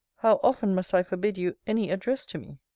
how often must i forbid you any address to me!